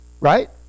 right